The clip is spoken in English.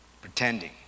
pretending